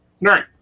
Right